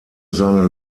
seine